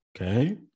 okay